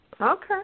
Okay